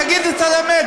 תגיד את האמת,